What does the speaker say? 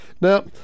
Now